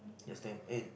just then eh